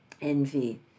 envy